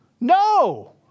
No